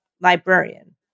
librarian